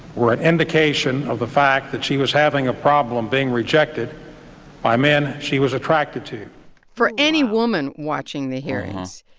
were an indication of the fact that she was having a problem being rejected by men she was attracted to wow for any woman watching the hearings,